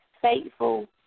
faithful